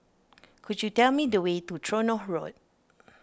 could you tell me the way to Tronoh Road